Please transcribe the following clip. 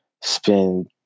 spend